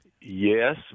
Yes